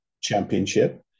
Championship